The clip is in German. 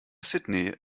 sydney